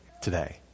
today